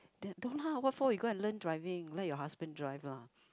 that don't lah what for you go and learn driving let your husband drive lah